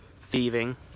thieving